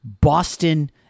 Boston